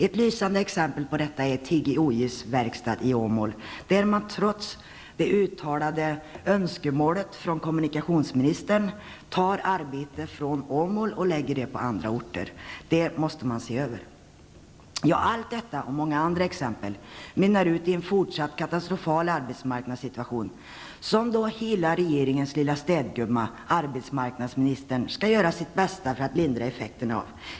Ett lysande exempel på detta är TGOJ:s verkstad i Åmål, när man trots det uttalade önskemålet från kommunikationsministern, tar arbete från Åmål och lägger på andra orter. Det måste man se över. Allt detta och många andra exempel mynnar ut i en fortsatt katastrofal arbetsmarknadssituation som regeringens lilla städgumma, arbetsmarknadsministern, skall göra sitt bästa för att lindra effekterna av.